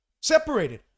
Separated